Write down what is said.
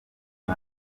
abo